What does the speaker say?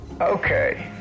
Okay